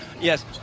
Yes